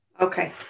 Okay